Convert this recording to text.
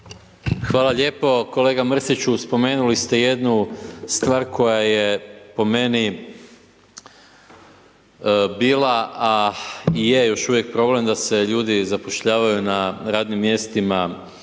Hvala lijepo. Kolega Mrsiću spomenuli ste jednu stvar koja je po meni bila a i je još uvijek problem da se ljudi zapošljavaju na radnim mjestima,